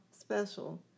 special